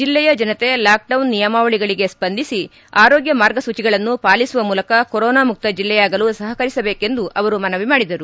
ಜಲ್ಲೆಯ ಜನತೆ ಲಾಕ್ಡೌನ್ ನಿಯಾಮವಳಗಳಿಗೆ ಸ್ಪಂದಿಸಿ ಆರೋಗ್ಯ ಮಾರ್ಗಸೂಚಿಗಳನ್ನು ಪಾಲಿಸುವ ಮೂಲಕ ಕೊರೊನಾ ಮುಕ್ತ ಜೆಲ್ಲೆಯಾಗಲು ಸಹಕರಿಸಬೇಕೆಂದು ಮನವಿ ಮಾಡಿದರು